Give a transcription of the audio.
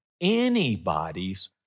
anybody's